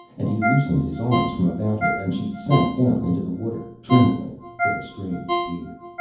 and he loosened his arms from about her, and she sank down into the water, trembling with a strange fear.